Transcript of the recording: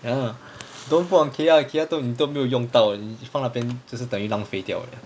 ya don't don't put on kaeya kaeya 都你都没有用到你放那边就是等于浪费掉了